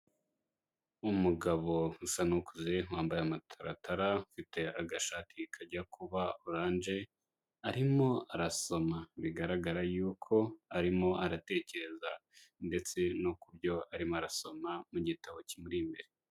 Umugabo usa n'ukuze wambaye amataratara, ufite agashati kajya kuba oranje arimo arasoma. Bigaragara yuko arimo aratekereza ndetse no ku byo arimo arasoma mu gitabo kimuri imbere.